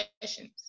sessions